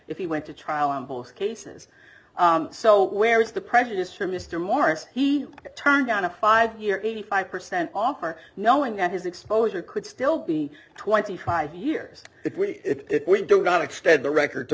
if he went to trial in both cases so where is the prejudice for mr morris he turned down a five year eighty five percent offer knowing that his exposure could still be twenty five years if we if we do not extend the record to